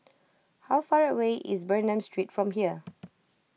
how far away is Bernam Street from here